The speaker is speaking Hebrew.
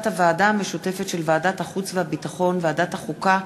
הוועדה המשותפת של ועדת החוץ והביטחון וועדת החוקה,